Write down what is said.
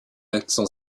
accent